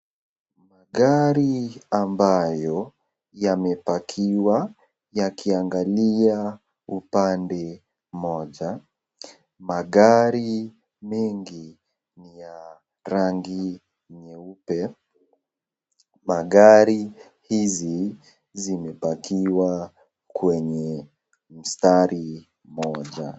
Magari ambayo yamepakiwa yakiangalia upande moja, magari mengi ni ya rangi nyeupe, magari hizi zimepakiwa kwenye mstari moja.